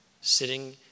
sitting